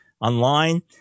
online